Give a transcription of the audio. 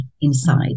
inside